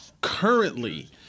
currently